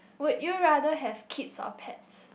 would you rather have kids or pets